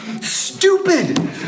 Stupid